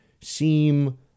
seem